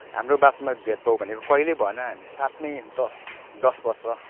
हाम्रो माझमा भेदभाव भनेको कहिल्यै भएन हामी साथमै दस वर्ष